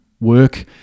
work